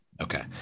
okay